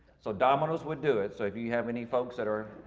so dominoes would do it, so if you have any folks that are,